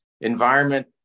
environment